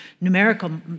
numerical